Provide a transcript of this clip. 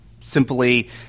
Simply